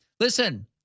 Listen